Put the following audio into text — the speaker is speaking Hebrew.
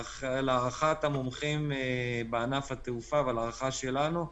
להערכת המומחים בענף התעופה ולהערכה שלנו,